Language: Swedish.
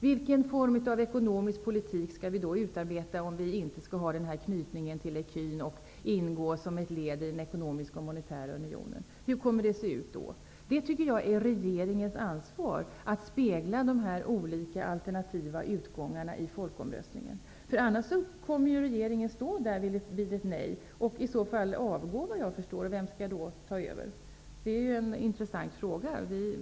Vilken form av ekonomisk politik skall vi utarbeta om vi inte skall ha denna knytning till ecun och ingå som ett led i den ekonomiska och monetära unionen? Hur kommer det då att se ut? Jag tycker att det är regeringens ansvar att spegla dessa olika alternativa utgångar i folkomröstningen. Annars kommer regeringen att stå där vid ett nej. Den får i så fall avgå, såvitt jag förstår. Vem skall då ta över? Det är en intressant fråga.